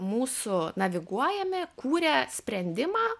mūsų naviguojami kūrė sprendimą